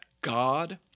God